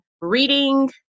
reading